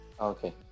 okay